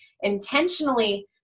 intentionally